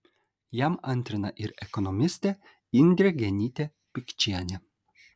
jam antrina ir ekonomistė indrė genytė pikčienė